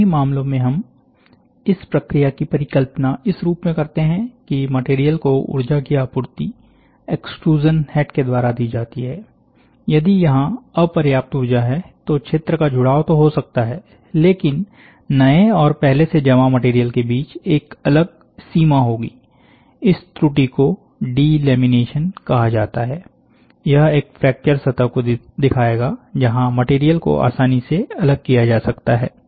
दोनों ही मामलों में हम इस प्रक्रिया की परिकल्पना इस रूप में करते हैं कि मटेरियल को ऊर्जा की आपूर्ति एक्सट्रूज़न हेड़ के द्वारा दी जाती है यदि यहां अपर्याप्त ऊर्जा है तो क्षेत्र का जुडा़व तो हो सकता है लेकिन नए और पहले से जमा मटेरियल के बीच एक अलग सीमा होगी इस त्रुटि को डिलेमिनेशन कहा जाता है यह एक फ्रैक्चर सतह को दिखाएगा जहां मटेरियल को आसानी से अलग किया जा सकता है